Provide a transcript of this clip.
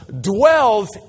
dwells